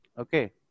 Okay